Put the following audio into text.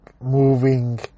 moving